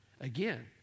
Again